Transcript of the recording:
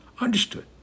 Understood